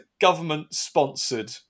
government-sponsored